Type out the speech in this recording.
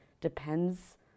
depends